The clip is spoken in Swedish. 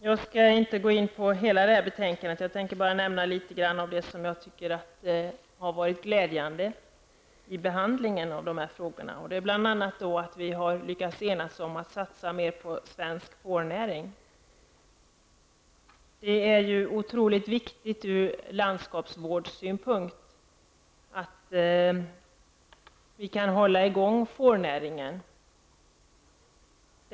Jag skall inte gå in på hela betänkandet utan bara nämna litet grand om det som jag tycker har varit glädjande vid behandlingen av de här frågorna, bl.a. att vi har lyckats enas om att satsa mer på svensk fårnäring. Det är otroligt viktigt ur landskapsvårdssynpunkt att vi kan hålla i gång fårnäringen.